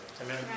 Amen